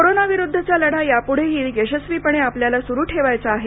कोरोनाविरुद्धचा लढा यापुढेही यशस्वीपणे आपल्याला सुरु ठेवायचा आहे